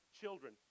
children